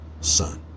son